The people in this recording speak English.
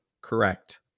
correct